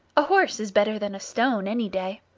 a horse is better than a stone any day.